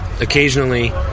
occasionally